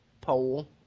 poll